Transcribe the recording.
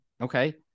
Okay